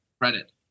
credit